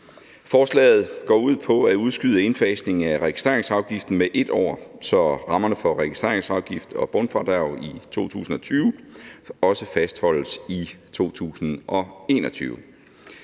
Forslaget går ud på at udskyde indfasningen af registreringsafgiften med 1 år, så rammerne for registreringsafgift og bundfradrag i 2020 også fastholdes i 2021.